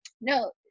no